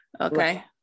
Okay